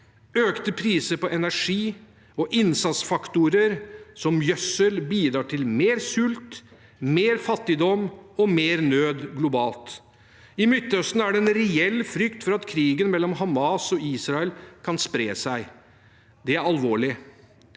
Økte priser på energi og innsatsfaktorer som gjødsel bidrar til mer sult, mer fattigdom og mer nød globalt. I Midtøsten er det en reell frykt for at krigen mellom Hamas og Israel kan spre seg. Det er alvorlig.